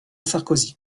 sarkozy